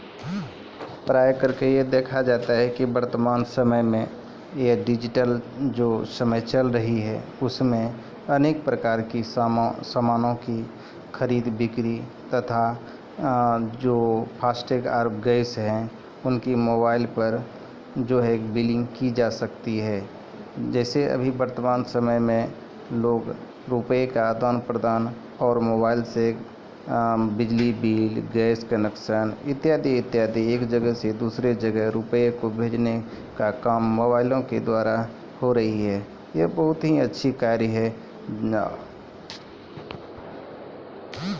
FASTag आरु gas बिलो के भुगतान मोबाइलो से सेहो होय जाय छै